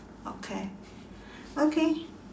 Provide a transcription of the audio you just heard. okay okay